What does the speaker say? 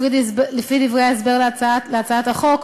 לפי דברי ההסבר להצעת החוק,